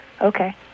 Okay